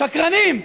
שקרנים.